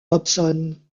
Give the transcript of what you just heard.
hobson